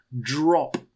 drop